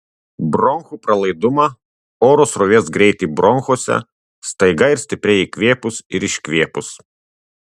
bronchų pralaidumą oro srovės greitį bronchuose staiga ir stipriai įkvėpus ir iškvėpus